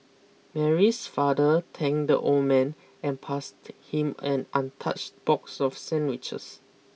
Mary's father thanked the old man and passed him an untouched box of sandwiches